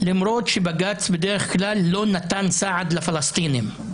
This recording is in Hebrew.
למרות שבג"ץ לא נתן סעד לפלסטינים, בדרך כלל.